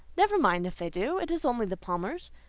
never mind if they do. it is only the palmers.